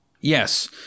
Yes